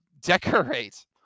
decorate